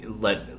let